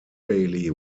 bailey